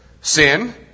sin